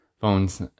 phones